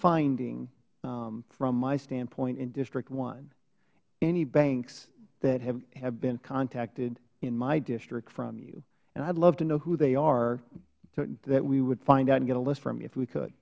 finding from my standpoint in district one any banks that have been contacted in my district from you and i'd love to know who they are so that we would find out and get a list from you if we could